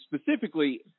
specifically